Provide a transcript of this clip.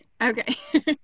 Okay